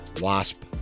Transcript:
Wasp